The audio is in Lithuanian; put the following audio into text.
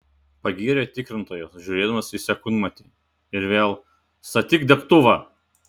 pagyrė tikrintojas žiūrėdamas į sekundmatį ir vėl statyk degtuvą